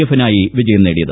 എഫിനായി വിജയം നേടിയത്